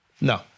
No